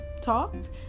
talked